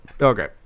Okay